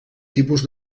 tipus